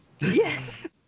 Yes